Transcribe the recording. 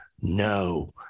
no